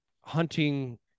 hunting